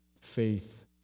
faith